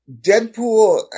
Deadpool